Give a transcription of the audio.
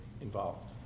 involved